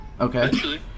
okay